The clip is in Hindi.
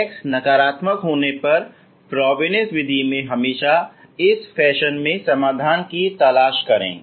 x नकारात्मक होने पर फ्रोबेनियस विधि में हमेशा इस फैशन में समाधान की तलाश करें